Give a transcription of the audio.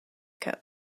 cup